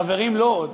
חברים, לא עוד.